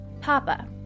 Papa